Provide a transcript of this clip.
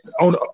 on